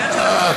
זה לא ברגע אחד.